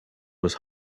was